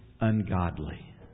ungodly